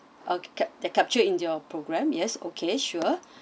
uh cap~ they capture in your program yes okay sure